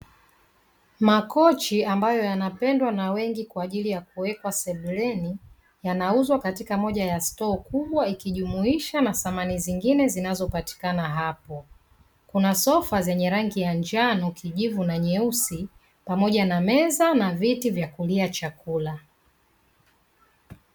Makochi ambayo yanapendwa na wengi kwa ajili ya kuweka sebuleni yanauzwa katika moja ya stoo kubwa ikijumuisha na samani zingine zinazopatikana hapo, kuna sofa zenye rangi ya njano, kujivu na nyeusi pamoja na meza na vitu vyakulia chakula.